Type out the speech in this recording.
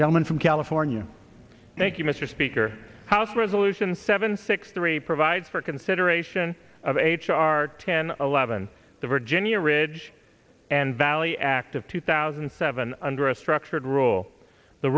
gentleman from california thank you mr speaker house resolution seven six three provides for consideration of h r ten eleven the virginia ridge and valley act of two thousand and seven under a structured rule the